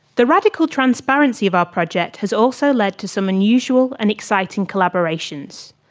the radical transparency of our project has also led to some unusual and exciting collaborations.